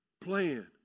plan